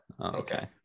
okay